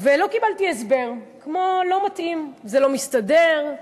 ולא קיבלתי הסבר, כמו: "לא מתאים", "זה לא מסתדר".